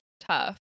tough